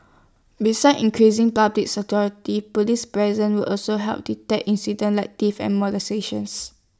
besides increasing public security Police present will also help deter incidents like theft and molestations